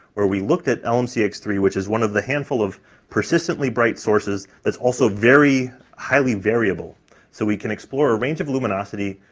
where we looked at lmc x three, which is one of the handful of persistently bright sources that's also very highly variable so we can explore a range of luminosity,